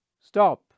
Stop